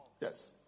Yes